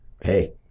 hey